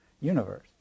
universe